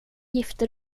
gifte